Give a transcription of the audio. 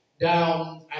down